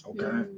Okay